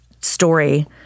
story